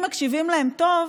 אם מקשיבים להם טוב,